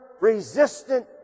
resistant